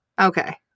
Okay